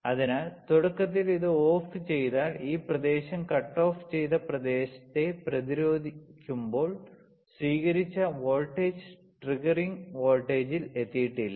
അതിനാൽ തുടക്കത്തിൽ ഇത് ഓഫ് ചെയ്താൽ ഈ പ്രദേശം കട്ട് ഓഫ് ചെയ്ത പ്രദേശത്തെ പ്രതിരോധിക്കുമ്പോൾ സ്വീകരിച്ച വോൾട്ടേജ് ട്രിഗറിംഗ് വോൾട്ടേജിൽ എത്തിയിട്ടില്ല